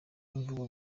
imivugo